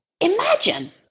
imagine